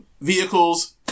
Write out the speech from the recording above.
vehicles